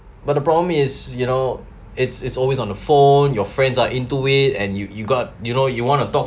but the problem is you know it's it's always on the phone your friends are into it and you you got you know you want to talk